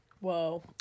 Whoa